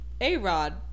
A-Rod